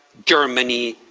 germany,